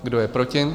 Kdo je proti?